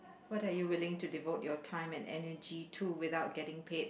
what are you willing to devote your time and energy to without getting paid